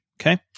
Okay